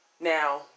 Now